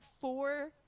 four